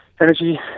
Energy